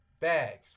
Bags